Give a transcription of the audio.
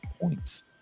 points